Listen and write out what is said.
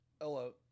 hello